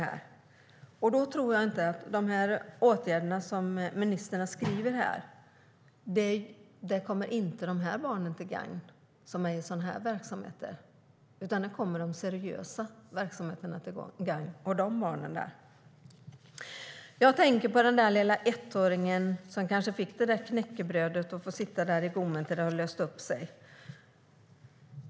Jag tror inte att de åtgärder ministern beskriver kommer barn i sådana här verksamheter till gagn, utan de kommer de seriösa verksamheterna och barnen i dem till gagn. Jag tänker på de små ettåringar som kanske fick det där knäckebrödet och fick sitta med det i gommen tills det hade löst upp sig.